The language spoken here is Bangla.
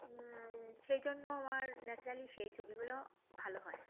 সেই জন্য আমার ন্যাচারালি সেই ছবিগুলো ভালো হয়